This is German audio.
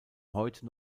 heute